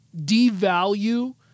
devalue